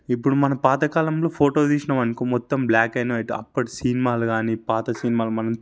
ఇప్పుడు మనం పాత కాలంలో ఫోటో తీసినం అనుకో మొత్తం బ్లాక్ అండ్ వైట్ అప్పటి సినిమాలు కానీ పాత సినిమాలు మనం